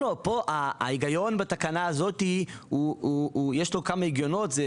בתקנה הזו יש הגיונות רבים,